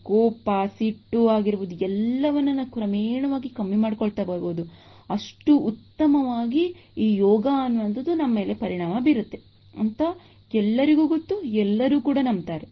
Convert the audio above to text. ಕೋಪ ಸಿಟ್ಟು ಆಗಿರಬಹುದು ಎಲ್ಲವನ್ನು ನಾ ಕ್ರಮೇಣವಾಗಿ ಕಮ್ಮಿ ಮಾಡಿಕೊಳ್ತಾ ಬರಬಹುದು ಅಷ್ಟು ಉತ್ತಮವಾಗಿ ಈ ಯೋಗ ಅನ್ನುವಂಥದ್ದು ನಮ್ಮ ಮೇಲೆ ಪರಿಣಾಮ ಬೀರುತ್ತೆ ಅಂತ ಎಲ್ಲರಿಗೂ ಗೊತ್ತು ಎಲ್ಲರೂ ಕೂಡ ನಂಬ್ತಾರೆ